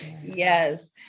Yes